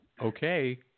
Okay